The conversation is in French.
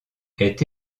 est